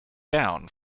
down